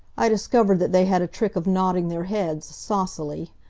i discovered that they had a trick of nodding their heads, saucily.